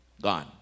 gone